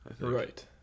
Right